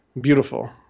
Beautiful